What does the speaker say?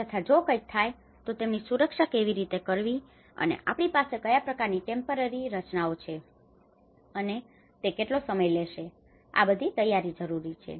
તથા જો કંઇક થાય તો તેમની સુરક્ષા કેવી રીતે કરવી અને આપણી પાસે કયા પ્રકારની ટેમ્પરરી temporary હંગામી રચનાઓ છે અને તે કેટલો સમય લેશે આ બધી તૈયારી જરૂરી છે